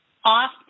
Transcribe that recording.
Off